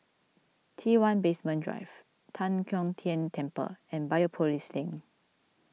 T one Basement Drive Tan Kong Tian Temple and Biopolis Link